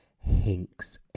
Hinks